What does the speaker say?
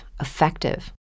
effective